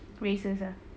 races ah